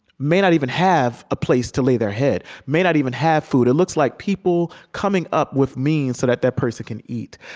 may not even have a place to lay their head, may not even have food. it looks like people coming up with means so that that person can eat.